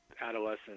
adolescent